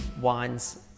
wines